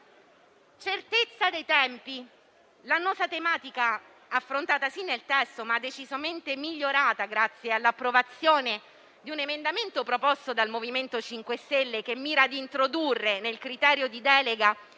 Certezza dei tempi: si tratta dell'annosa tematica affrontata nel testo, ma decisamente migliorata grazie all'approvazione di un emendamento proposto dal MoVimento 5 Stelle, che mira a introdurre nel criterio di delega